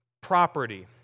property